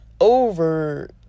over